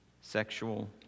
sexual